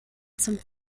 zum